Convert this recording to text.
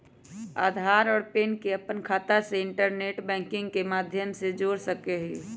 आधार और पैन के अपन खाता से इंटरनेट बैंकिंग के माध्यम से जोड़ सका हियी